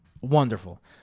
wonderful